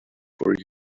for